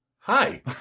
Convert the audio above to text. Hi